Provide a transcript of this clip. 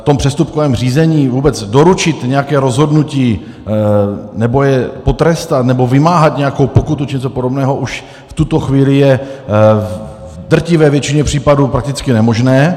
V přestupkovém řízení vůbec doručit nějaké rozhodnutí nebo je potrestat nebo vymáhat nějakou pokutu či něco podobného už v tuto chvíli je v drtivé většině případů prakticky nemožné.